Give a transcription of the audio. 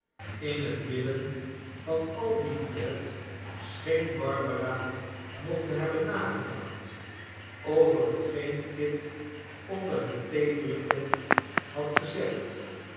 in het midden van al die pret scheen barbara nog te hebben nagedacht over hetgeen kit onder het theedrinken had gezegd